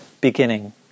Beginning